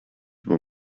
were